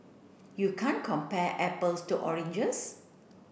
you can't compare apples to oranges